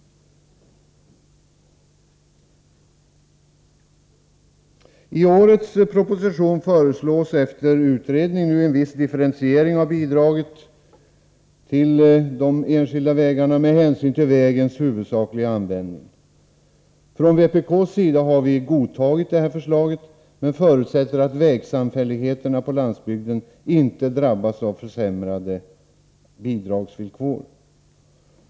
I årets proposition föreslås efter utredning en viss differentiering av bidraget till de enskilda vägarna med hänsyn till vägens huvudsakliga användning. Från vpk:s sida har vi godtagit detta förslag men förutsätter att vägsamfälligheterna på landsbygden inte drabbas av försämrade bidragsvillkor.